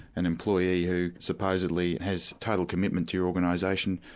an employee who supposedly has total commitment to your organisation,